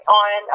on